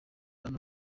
hano